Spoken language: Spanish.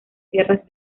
tierras